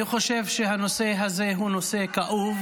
אני חושב שהנושא הזה הוא נושא כאוב,